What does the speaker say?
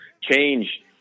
change